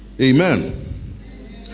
Amen